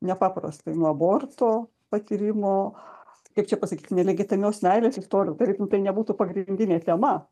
nepaprastai nuo aborto patyrimo kaip čia pasakyt nelegitimios meilės istorijų tarytum tai nebūtų pagrindinė tema